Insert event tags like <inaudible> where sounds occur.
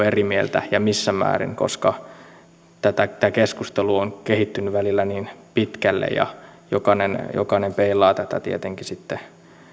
<unintelligible> eri mieltä ja missä määrin koska tämä keskustelu on kehittynyt välillä niin pitkälle ja jokainen jokainen peilaa tätä tietenkin sitten